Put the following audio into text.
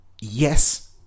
yes